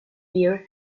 beer